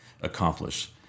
accomplish